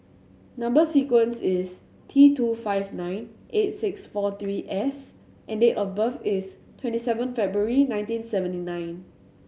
number sequence is T two five nine eight six four three S and date of birth is twenty seven February nineteen seventy nine